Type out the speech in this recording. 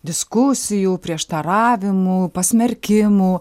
diskusijų prieštaravimų pasmerkimų